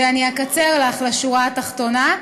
ואקצר לך לשורה התחתונה: